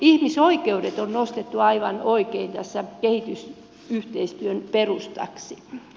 ihmisoikeudet on nostettu aivan oikein tässä kehitysyhteistyön perustaksi